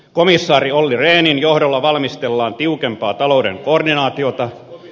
komissaari olli rehnin johdolla valmistellaan tiukempaa talouden koordinaatiota